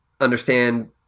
understand